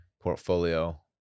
portfolio